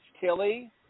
Tilly